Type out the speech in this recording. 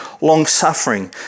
long-suffering